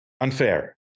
unfair